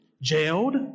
jailed